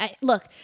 look